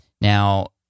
Now